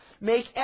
make